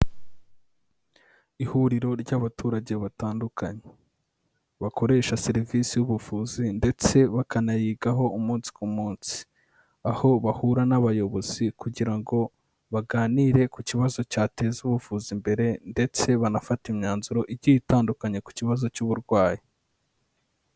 Ihuriro ry'abaturage batandukanye bakoresha serivisi y'ubuvuzi ndetse bakanayigaho umunsi ku munsi. Aho bahura n'abayobozi kugira ngo baganire ku kibazo cyateza ubuvuzi imbere, ndetse banafatate imyanzuro igiye itandukanye ku kibazo cy'uburwayi.